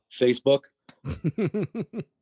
Facebook